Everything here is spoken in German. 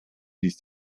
ließ